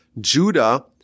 Judah